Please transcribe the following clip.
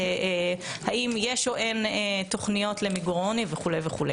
האם יש או אין תוכניות למיגור עוני וכו'.